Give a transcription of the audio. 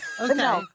okay